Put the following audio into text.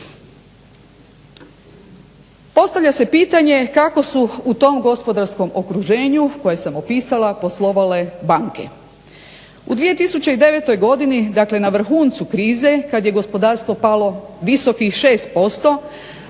Postavlja se pitanje kako su u tom gospodarskom okruženju koje sam opisala poslovale banke. U 2009.godini dakle na vrhuncu krize kada je gospodarstvo palo visokih 6%